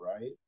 right